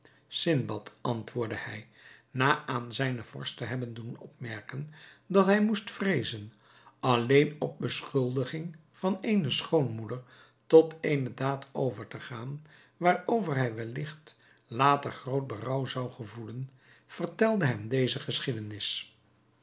sindbad antwoordde hij na aan zijnen vorst te hebben doen opmerken dat hij moest vreezen alleen op beschuldiging van eene schoonmoeder tot eene daad over te gaan waarover hij welligt later groot berouw zou gevoelen vertelde hem deze geschiedenis